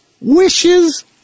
wishes